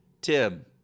Tim